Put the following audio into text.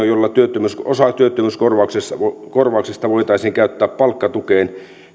jolla osa työttömyyskorvauksesta voitaisiin käyttää palkkatukeen